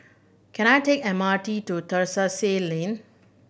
can I take M R T to Terrasse Lane